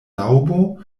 laŭbo